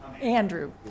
Andrew